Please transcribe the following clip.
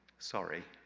sorry.